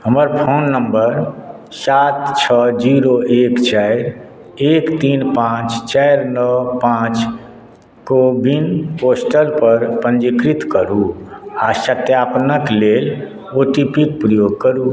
हमर phone number सात छओ जीरो एक चारि एक तीन पांच चारि नओ पांच को विन पोर्टल पर पंजीकृत करू आ सत्यापनक लेल ओ टी पी क प्रयोग करू